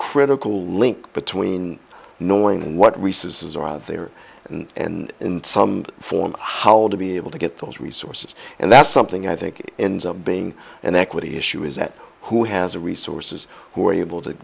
critical link between knowing what we says are out there and in some form how to be able to get those resources and that's something i think in being an equity issue is that who has the resources who are able to